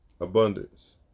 Abundance